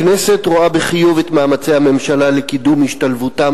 הכנסת רואה בחיוב את מאמצי הממשלה לקידום השתלבותם